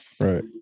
Right